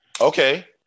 Okay